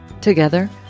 Together